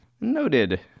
Noted